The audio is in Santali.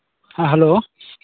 ᱦᱮᱸ ᱦᱮᱞᱳ